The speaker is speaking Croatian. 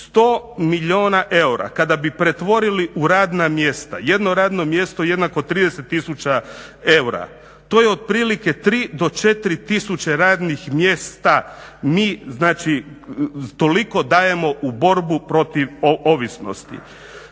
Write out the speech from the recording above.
100 milijuna eura kada bi pretvorili u radna mjesta, jedno radno mjesto jednako 30 tisuća eura. To je otprilike 3 do 4 tisuće radnih mjesta. Mi znači toliko dajemo u borbu protiv ovisnosti.